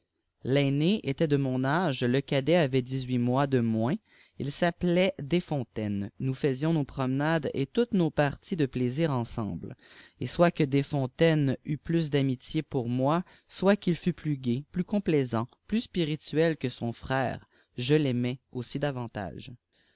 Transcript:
l'aîné était de mon âge le cadet avait dix-huit mois de moins il s'appelait desfontaines nous faisions nos promenades et toutes nos parties de plaisir ensemble et soit que desfontaines eût plus d'amitié pour mor soit qu'il fût plus gai plus complaisant plus spirituel que son frère je l'aimais aussi